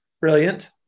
Brilliant